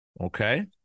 Okay